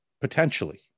Potentially